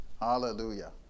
Hallelujah